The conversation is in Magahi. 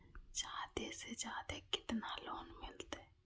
जादे से जादे कितना लोन मिलते?